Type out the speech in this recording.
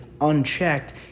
unchecked